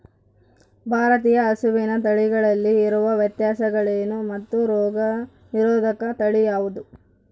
ಭಾರತೇಯ ಹಸುವಿನ ತಳಿಗಳಲ್ಲಿ ಇರುವ ವ್ಯತ್ಯಾಸಗಳೇನು ಮತ್ತು ರೋಗನಿರೋಧಕ ತಳಿ ಯಾವುದು?